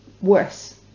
worse